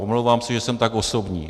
Omlouvám se, že jsem tak osobní.